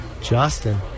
Justin